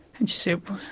and she said,